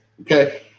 Okay